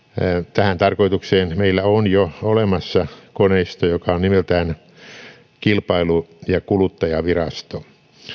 tähän tarkoitukseen meillä on jo olemassa koneisto joka on nimeltään kilpailu ja kuluttajavirasto